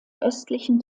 östlichen